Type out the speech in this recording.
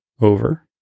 Over